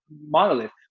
monolith